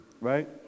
right